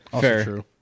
Fair